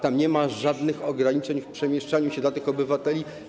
tam nie ma żadnych ograniczeń w przemieszczaniu się dla tych obywateli.